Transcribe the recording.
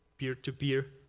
peer-to-peer.